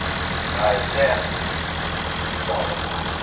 and by his death he's all alone.